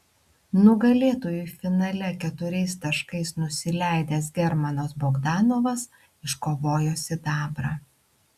nugalėtojui finale keturiais taškais nusileidęs germanas bogdanovas iškovojo sidabrą